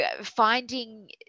finding